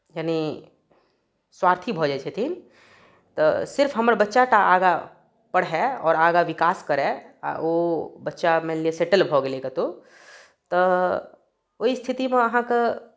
यानि स्वार्थी भऽ जाइ छथिन तऽ सिर्फ हमर बच्चा टा आगाँ पढ़य आओर आगाँ विकास करय आ ओ बच्चा मानि लिअ सेटल भऽ गेलै कतहु तऽ ओहि स्थितिमे अहाँकेँ